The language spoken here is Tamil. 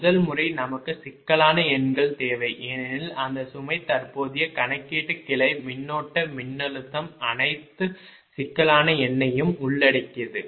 முதல் முறை நமக்கு சிக்கலான எண்கள் தேவை ஏனெனில் அந்த சுமை தற்போதைய கணக்கீட்டு கிளை மின்னோட்ட மின்னழுத்தம் அனைத்து சிக்கலான எண்ணையும் உள்ளடக்கியது